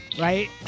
right